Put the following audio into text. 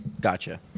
Gotcha